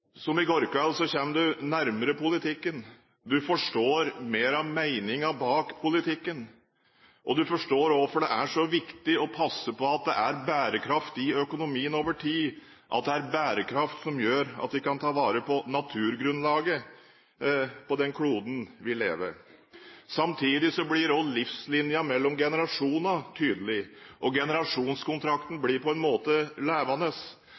Som i går kveld kommer en nærmere politikken, en forstår mer av meningen bak politikken, og en forstår hvorfor det er så viktig å passe på at det er bærekraft i økonomien over tid, at det er bærekraft som gjør at vi kan ta vare på naturgrunnlaget på den kloden der vi lever. Samtidig blir også livslinjen mellom generasjonene tydelig. Generasjonskontrakten blir på en måte levende,